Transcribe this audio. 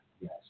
Yes